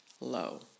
low